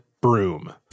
broom